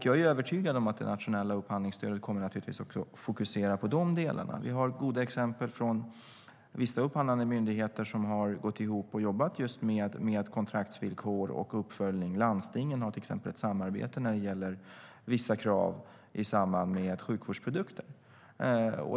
Jag är övertygad om att det nationella upphandlingsstödet också kommer att fokusera på de delarna. Vi har goda exempel från vissa upphandlande myndigheter som har gått ihop och jobbat just med kontraktsvillkor och uppföljning. Landstingen har till exempel ett samarbete när det gäller vissa krav i samband med sjukvårdsprodukter.